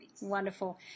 Wonderful